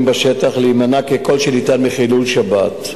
בשטח להימנע ככל שניתן מחילול שבת,